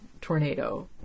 tornado